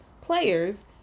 players